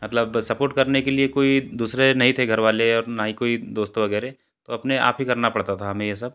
मतलब सपोर्ट करने के लिए कोई दूसरे नहीं थे घरवाले और न ही कोई दोस्त वगैरह तो अपने आप ही करना पड़ता था हमें यह सब